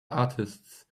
artists